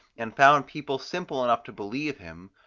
and found people simple enough to believe him,